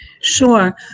Sure